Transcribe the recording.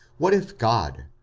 what if god,